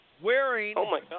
Wearing